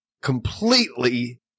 completely